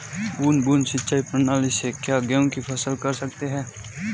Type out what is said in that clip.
बूंद बूंद सिंचाई प्रणाली से क्या गेहूँ की फसल कर सकते हैं?